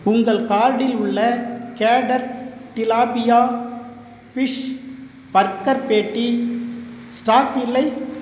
உங்கள் கார்டில் உள்ள கேடர் tilapia fish burger patty stock இல்லை